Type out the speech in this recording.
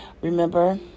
Remember